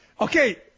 Okay